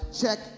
check